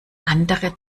andere